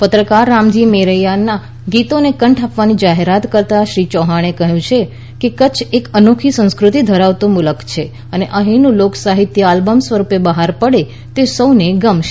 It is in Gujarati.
પત્રકાર રામજી મેરિયાના ગીતોને કંઠ આપવાની જાહેરાત કરતા શ્રી ચૌહાણે કહ્યું છે કે કચ્છ એક અનોખી સંસ્કૃતિ ધરાવતો મુલક છે અને અફીનું લોક સાહિત્ય આલ્બમ સ્વરૂપે બહાર પડે તે વાત સૌ ને ગમશે